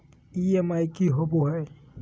EMI की होवे है?